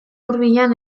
hurbilean